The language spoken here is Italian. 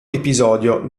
episodio